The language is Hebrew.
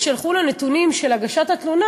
כשהלכו לנתונים של הגשת התלונה,